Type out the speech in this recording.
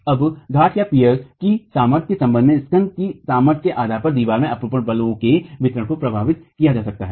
अब घाटपियर की सामर्थ्य के संबंध में स्कन्ध की सामर्थ्य के आधार पर दीवार में अपरूपण बलों के वितरण को प्रभावित किया जा सकता है